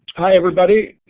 hi, everybody.